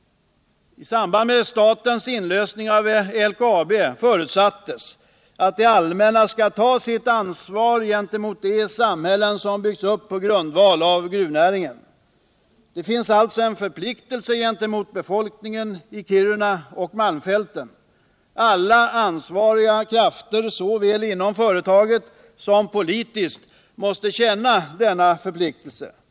I samband med statens inlösen av LKAB förutsattes bl a att det allmänna skall ta sitt ansvar gentemot de samhällen som byggts upp på grundval av gruvnäringen. Det finns alltså en förpliktelse gentemot befolkningen i Kiruna och Malmfälten. Alla ansvariga krafter såväl inom företaget som politiskt måste känna denna förpliktelse.